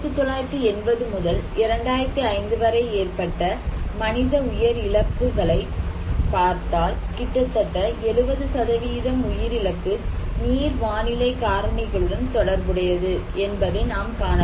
1980 முதல் 2005 வரை ஏற்பட்ட மனித உயிர் இழப்புகளை பார்த்தால் கிட்டத்தட்ட 70 உயிர் இழப்பு நீர் வானிலை காரணிகளுடன் தொடர்புடையது என்பதை நாம் காணலாம்